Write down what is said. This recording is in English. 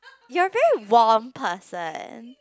you're very warm person